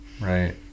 right